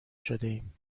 شدهایم